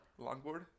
longboard